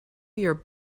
your